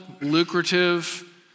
lucrative